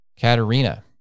Katerina